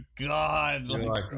god